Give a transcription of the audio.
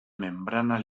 membrana